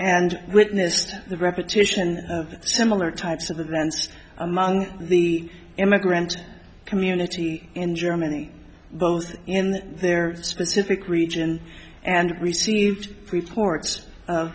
and witnessed the repetition of similar types of events among the immigrant community in germany both in their specific region and received reports